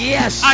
Yes